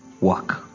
work